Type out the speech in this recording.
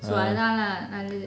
ah